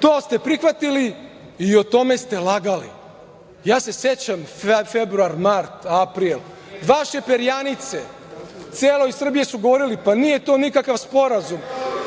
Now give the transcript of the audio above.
To ste prihvatili i o tome ste lagali. Ja se sećam februar, mart, april, vaše perjanice celoj Srbiji su govorili - pa nije to nikakav sporazum,